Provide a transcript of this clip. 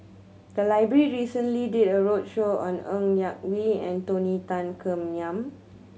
The library recently did a roadshow on Ng Yak Whee and Tony Tan Keng Yam